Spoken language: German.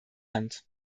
hand